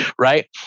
Right